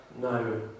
no